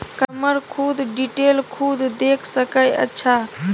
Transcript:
customer खुद detail खुद देख सके अच्छा